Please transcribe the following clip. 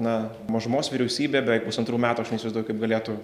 na mažumos vyriausybė beveik pusantrų metų aš neįsivaizduoju kaip galėtų